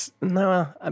No